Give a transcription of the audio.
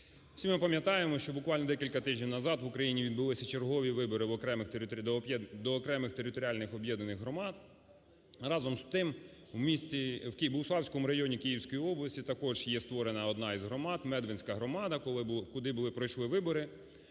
Всі ми пам'ятаємо, що буквально декілька тижнів назад в Україні відбулися чергові вибори до окремих територіальних об'єднаних громад. Разом з тим у Богуславському районі Київської області також є створена одна із громад – Медвинська громада, куди пройшли вибори.